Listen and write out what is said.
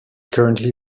currently